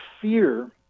fear